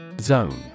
Zone